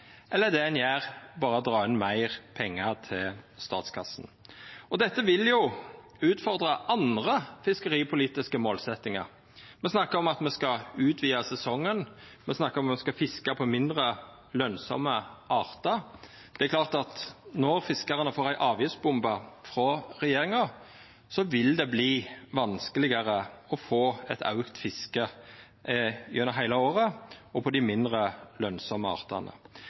Eller er det ein gjer, berre å dra inn meir pengar til statskassa? Dette vil utfordra andre fiskeripolitiske målsetjingar. Me snakkar om at me skal utvida sesongen, me snakkar om at me skal fiska på mindre lønsame artar. Det er klart at når fiskarane får ei avgiftsbombe frå regjeringa, vil det verta vanskelegare å få eit auka fiske gjennom heile året og på dei mindre lønsame artane.